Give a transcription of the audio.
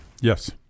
Yes